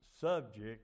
subject